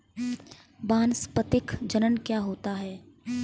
वानस्पतिक जनन क्या होता है?